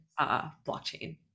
blockchain